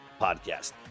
podcast